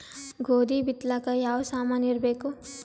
ಗೋಧಿ ಬಿತ್ತಲಾಕ ಯಾವ ಸಾಮಾನಿರಬೇಕು?